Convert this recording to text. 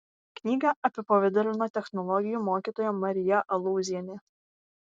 knygą apipavidalino technologijų mokytoja marija alūzienė